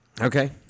Okay